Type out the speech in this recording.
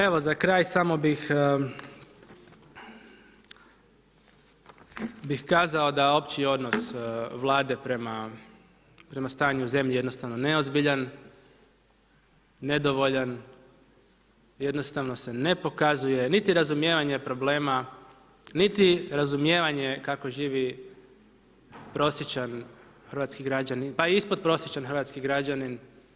Evo za kraj samo bih kazao da opći odnos Vlade prema stanju u zemlji je jednostavno neozbiljan, nedovoljan, jednostavno se ne pokazuje niti razumijevanje problema, niti razumijevanje kako živi prosječan hrvatski građanin, pa i ispod prosječan hrvatski građanin.